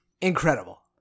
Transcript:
incredible